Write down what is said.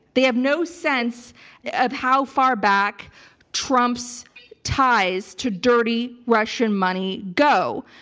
they have no sense of how far back trump's ties to dirty russian money go.